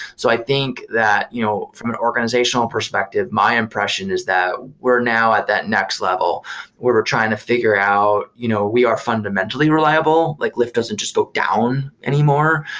so i think that you know from an organizational perspective, my impression is that we're now at that next level where we're trying to figure out you know we are fundamentally reliable. like lyft doesn't just go down anymore,